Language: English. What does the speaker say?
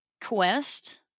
quest